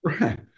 Right